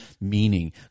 Meaning